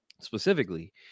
specifically